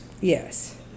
yes